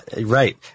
right